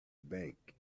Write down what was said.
bank